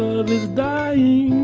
love is dying